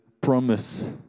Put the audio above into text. promise